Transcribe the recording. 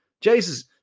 Jesus